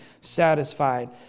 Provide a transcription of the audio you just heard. satisfied